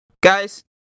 guys